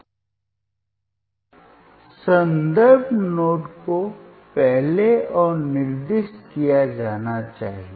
तो संदर्भ नोड को पहले और निर्दिष्ट किया जाना चाहिए